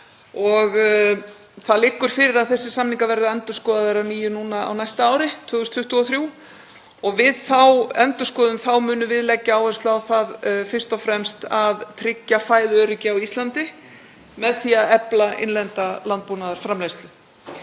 Það liggur fyrir að þessir samningar verða endurskoðaðir að nýju á næsta ári, 2023. Við þá endurskoðun munum við leggja áherslu á það fyrst og fremst að tryggja fæðuöryggi á Íslandi með því að efla innlenda landbúnaðarframleiðslu.